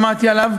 שמעתי עליו,